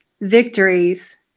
victories